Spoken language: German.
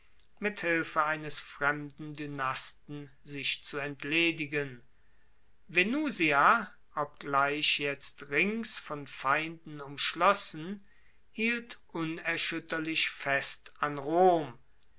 mit hilfe eines fremden dynasten sich zu entledigen venusia obgleich jetzt rings von feinden umschlossen hielt unerschuetterlich fest an rom